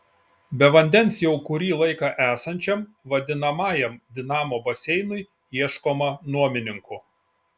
be vandens jau kurį laiką esančiam vadinamajam dinamo baseinui ieškoma nuomininkų